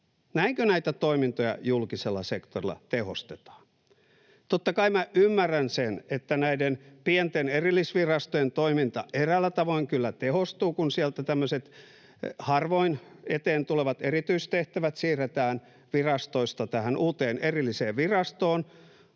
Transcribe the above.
Näinkö näitä toimintoja julkisella sektorilla tehostetaan? Totta kai ymmärrän sen, että näiden pienten erillisvirastojen toiminta eräällä tavoin kyllä tehostuu, kun sieltä tämmöiset harvoin eteen tulevat erityistehtävät siirretään virastoista tähän uuteen erilliseen virastoon,